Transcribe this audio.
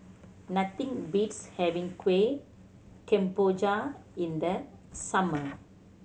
nothing beats having Kueh Kemboja in the summer